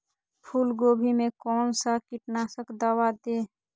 फूलगोभी में कौन सा कीटनाशक दवा दे?